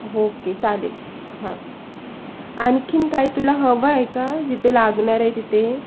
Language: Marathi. होके चालेल हां आणखीन काही तुला हवं आहे का जिथे लागणार आहे तिथे